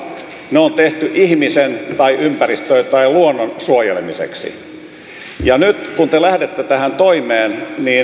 ne on tehty ihmisen tai ympäristön tai luonnon suojelemiseksi nyt kun te lähdette tähän toimeen